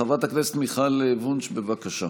חברת הכנסת מיכל וונש, בבקשה.